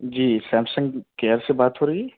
جی Samsung care سے بات ہو رہی ہے